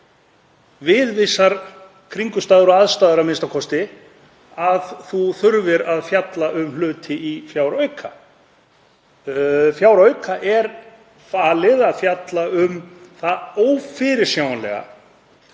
við vissar kringumstæður og aðstæður a.m.k., að maður þurfi að fjalla um hluti í fjárauka. Fjárauka er falið að fjalla um hið ófyrirsjáanlega.